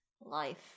life